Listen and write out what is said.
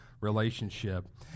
relationship